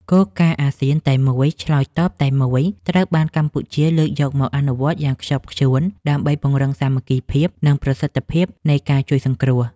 គោលការណ៍អាស៊ានតែមួយ ឆ្លើយតបតែមួយ ត្រូវបានកម្ពុជាលើកយកមកអនុវត្តយ៉ាងខ្ជាប់ខ្ជួន ដើម្បីពង្រឹងសាមគ្គីភាព និងប្រសិទ្ធភាពនៃការជួយសង្គ្រោះ។